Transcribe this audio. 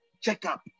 checkup